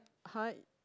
!huh! you